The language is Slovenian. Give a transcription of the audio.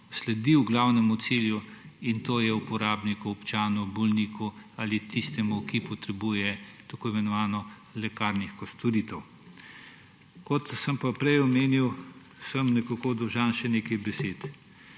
sledil glavnemu cilju, in to je uporabniku, občanu, bolniku ali tistemu, ki potrebuje tako imenovano lekarniško storitev. Kot sem pa prej omenil, sem nekako dolžan še nekaj besed.